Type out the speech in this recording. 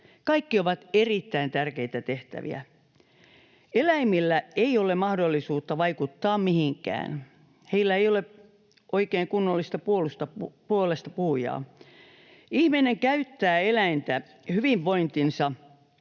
Kaikki ovat erittäin tärkeitä tehtäviä. Eläimillä ei ole mahdollisuutta vaikuttaa mihinkään. Heillä ei ole oikein kunnollista puolestapuhujaa. Ihminen käyttää eläintä hyvinvointinsa